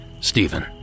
Stephen